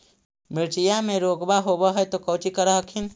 मिर्चया मे रोग्बा होब है तो कौची कर हखिन?